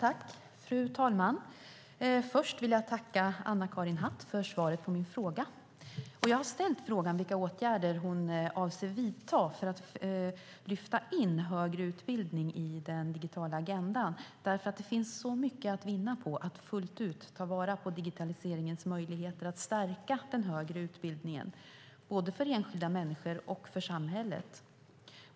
Fru talman! Först vill jag tacka Anna-Karin Hatt för svaret på min fråga. Jag har frågat vilka åtgärder Anna-Karin Hatt avser att vidta för att lyfta in högre utbildning i den digitala agendan därför att det finns så mycket att vinna på att fullt ut ta vara på digitaliseringens möjligheter att stärka den högre utbildningen både för enskilda människor och för samhället.